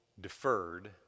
deferred